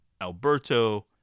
Alberto